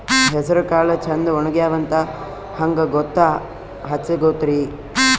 ಹೆಸರಕಾಳು ಛಂದ ಒಣಗ್ಯಾವಂತ ಹಂಗ ಗೂತ್ತ ಹಚಗೊತಿರಿ?